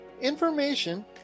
information